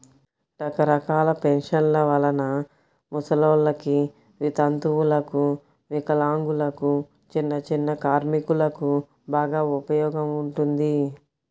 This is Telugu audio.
రకరకాల పెన్షన్ల వలన ముసలోల్లకి, వితంతువులకు, వికలాంగులకు, చిన్నచిన్న కార్మికులకు బాగా ఉపయోగం ఉంటుంది